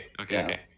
Okay